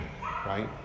right